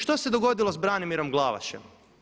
Što se dogodilo s Branimirom Glavašem?